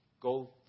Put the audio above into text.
Go